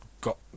got